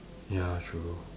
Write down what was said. ya true